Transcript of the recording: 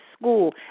school